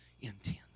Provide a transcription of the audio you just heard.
intent